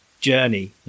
journey